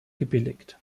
gebilligt